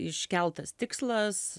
iškeltas tikslas